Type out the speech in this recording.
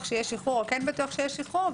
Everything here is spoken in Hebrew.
שיהיה שחרור או כן בטוח שיהיה שחרור,